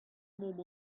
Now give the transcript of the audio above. emaomp